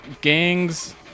gangs